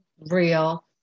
real